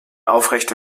aufrechte